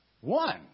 One